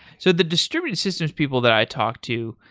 so the distributed systems people that i talked to,